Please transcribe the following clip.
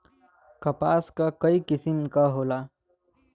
कपास क कई किसिम क होला